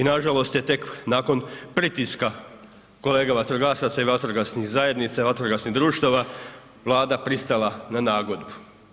I nažalost je tek nakon pritiska kolege vatrogasaca i vatrogasnih zajednica i vatrogasnih društava, Vlada pristala na nagodbu.